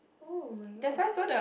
oh-my-god